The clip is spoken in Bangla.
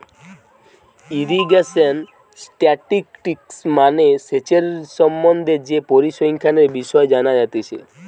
ইরিগেশন স্ট্যাটিসটিক্স মানে সেচের সম্বন্ধে যে পরিসংখ্যানের বিষয় জানা যাতিছে